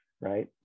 right